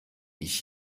ich